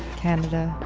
canada?